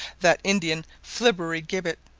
that indian flibberty-gibbet,